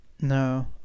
no